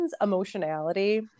emotionality